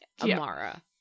Amara